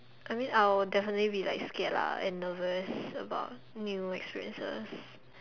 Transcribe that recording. I mean I will definitely be like scared lah and nervous about new experiences